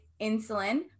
insulin